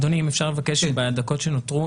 הצבעה בעד 1 נגד 0 נמנעים 1 אושר.